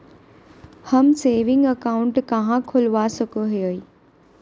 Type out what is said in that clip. हम saving account कहाँ खोलवा सको हियै?